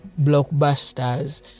blockbusters